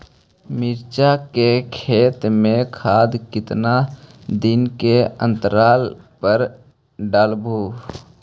मिरचा के खेत मे खाद कितना दीन के अनतराल पर डालेबु?